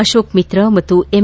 ಅಕೋಕ್ ಮಿತ್ತಾ ಮತ್ತು ಎಂ